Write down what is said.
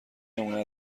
نمونه